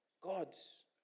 Gods